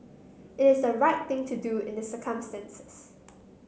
it is the right thing to do in the circumstances